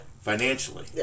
financially